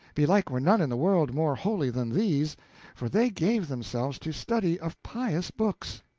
belike were none in the world more holy than these for they gave themselves to study of pious books,